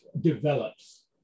develops